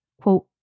quote